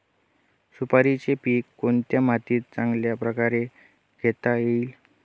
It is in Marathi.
सुपारीचे पीक कोणत्या मातीत चांगल्या प्रकारे घेता येईल?